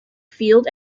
field